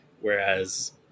Whereas